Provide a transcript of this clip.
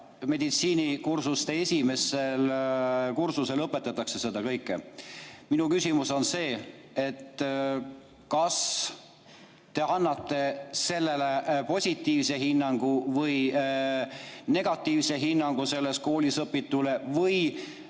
meditsiiniõppe esimesel kursusel õpetatakse seda kõike. Minu küsimus on see, kas te annate positiivse hinnangu või negatiivse hinnangu sellele koolis õpitule või